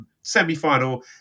Semi-final